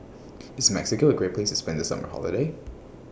IS Mexico A Great Place to spend The Summer Holiday